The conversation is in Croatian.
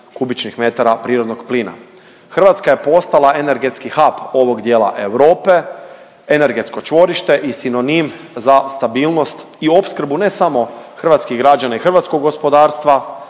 kubičnih metara prirodnog plina. Hrvatska je postala energetski hub ovog dijela Europe, energetsko čvorište i sinonim za stabilnost i opskrbu ne samo hrvatskih građana i hrvatskog gospodarstva